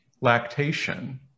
lactation